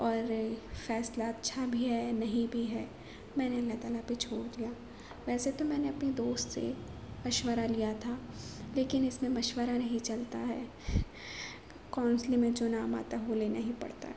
اور فیصلہ اچھا بھی ہے نہیں بھی ہے میں نے اللہ تعالی پہ چھوڑ دیا ویسے تو میں نے اپنی دوست سے مشورہ لیا تھا لیکن اس میں مشورہ نہیں چلتا ہے کاؤنسلنگ میں جو نام آتا ہے وہ لینا ہی پڑتا ہے